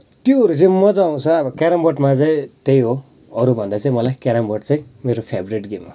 त्योहरू चाहिँ मजा आउँछ अब क्यारम बोर्डमा चाहिँ त्यही हो अरूभन्दा चाहिँ मलाई क्यारम बोर्ड चाहिँ मेरो फेभरेट गेम हो